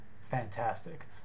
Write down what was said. fantastic